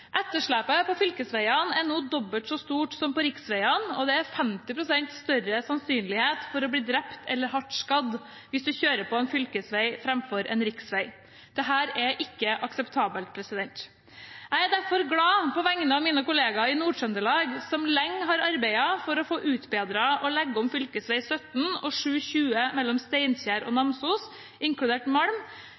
kjører på en fylkesvei framfor en riksvei. Det er ikke akseptabelt. Jeg er derfor glad for, på vegne av mine kollegaer i Nord-Trøndelag, som lenge har arbeidet for å få utbedret og lagt om fv. 17 og fv. 720 mellom Steinkjer og Namsos inkludert Malm,